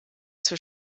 zur